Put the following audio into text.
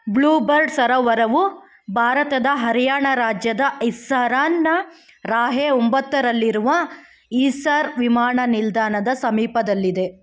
blue bird ಸರೋವರವು ಭಾರತದ ಹರಿಯಾಣ ರಾಜ್ಯದ ಇಸ್ಸರಾನ್ನ ರಾಹೆ ಒಂಬತ್ತರಲ್ಲಿರುವ ಈಸರ್ ವಿಮಾಣ ನಿಲ್ದಾಣದ ಸಮೀಪದಲ್ಲಿದೆ